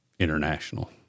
International